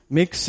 mix